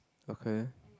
okay